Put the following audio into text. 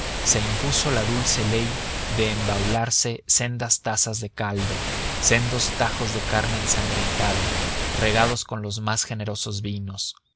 se impuso la dulce ley de embaularse sendas tazas de caldo sendos tajos de carne ensangrentada regados con los más generosos vinos